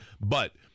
But-